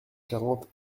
quarante